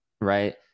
right